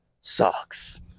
sucks